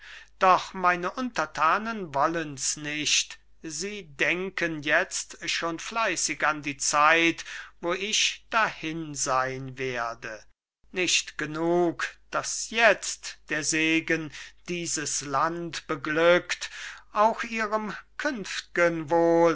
doch meine untertanen wollen's nicht sie denken jetzt schon fleißig an die zeit wo ich dahin sein werde nicht genug daß jetzt der segen dieses land beglückt auch ihrem künft'gen